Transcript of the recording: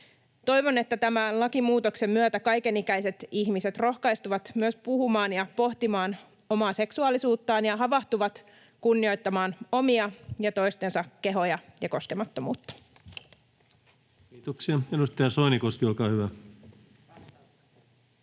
Toivon, että tämän lakimuutoksen myötä kaiken ikäiset ihmiset rohkaistuvat myös puhumaan ja pohtimaan omaa seksuaalisuuttaan ja havahtuvat kunnioittamaan omia ja toistensa kehoja ja koskemattomuutta. [Speech 179] Speaker: Ensimmäinen